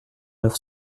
neuf